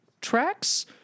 tracks